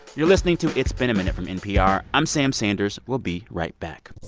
you're listening to it's been a minute from npr. i'm sam sanders. we'll be right back